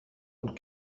und